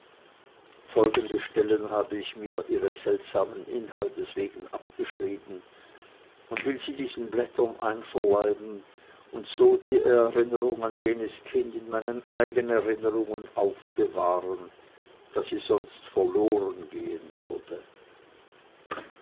folgende stellen habe ich mir ihres seltsamen inhaltes wegen abgeschrieben und will sie diesen blättern einverleiben und so die erinnerung an jenes kind in meinen eigenen erinnerungen aufbewahren da sie sonst verlorengehen würde